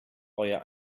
euer